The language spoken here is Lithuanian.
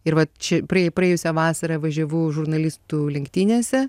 ir vat čia praė praėjusią vasarą važiavau žurnalistų lenktynėse